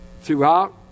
throughout